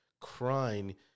crying